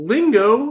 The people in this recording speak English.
Lingo